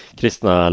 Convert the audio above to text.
kristna